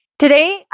Today